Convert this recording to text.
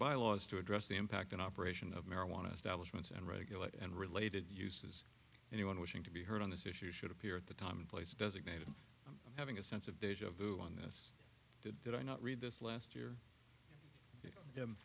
bylaws to address the impact and operation of marijuana establishments and regulate and related uses anyone wishing to be heard on this issue should appear at the time and place designated i'm having a sense of deja vu on this did did i not read this last year